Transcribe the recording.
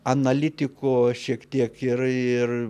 analitiko šiek tiek ir ir